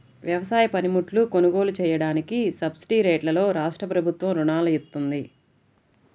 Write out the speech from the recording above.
వ్యవసాయ పనిముట్లు కొనుగోలు చెయ్యడానికి సబ్సిడీరేట్లలో రాష్ట్రప్రభుత్వం రుణాలను ఇత్తంది